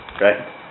right